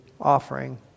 offering